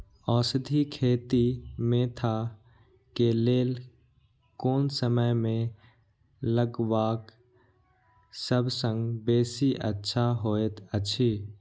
औषधि खेती मेंथा के लेल कोन समय में लगवाक सबसँ बेसी अच्छा होयत अछि?